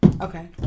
Okay